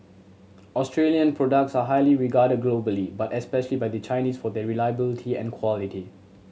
Australian products are highly regarded globally but especially by the Chinese for their reliability and quality